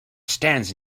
stands